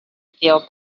feel